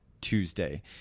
Tuesday